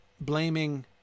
blaming